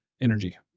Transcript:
energy